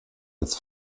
als